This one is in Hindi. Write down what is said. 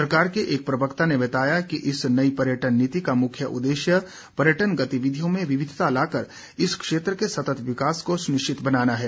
सरकार के एक प्रवक्ता ने बताया कि इस नई पर्यटन नीति का मुख्य उददेश्य पर्यटन गतिविधियों में विविधता लाकर इस क्षेत्र के सतत विकास को सुनिश्चित बनाना है